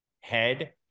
head